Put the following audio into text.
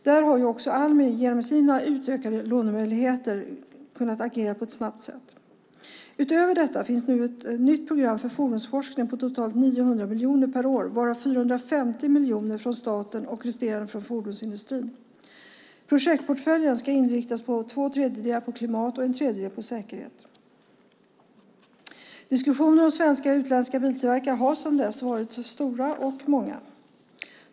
Där har också Almi genom sina utökade lånemöjligheter snabbt kunnat agera. Utöver detta finns det nu ett nytt program för fordonsforskning. Totalt handlar det om 900 miljoner per år, varav 450 miljoner från staten och resterande miljoner från fordonsindustrin. Projektportföljen ska till två tredjedelar inriktas på klimat och till en tredjedel på säkerhet. Diskussionerna om svenska och utländska biltillverkare har sedan dess varit stora och många.